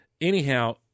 Anyhow